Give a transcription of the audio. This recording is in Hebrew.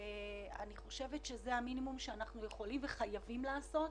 אני חושבת שזה המינימום שאנחנו יכולים וחייבים לעשות.